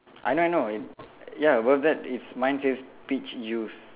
I know I know it ya well that it's mine says peach juice